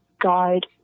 guide